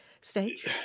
stage